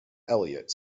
elliott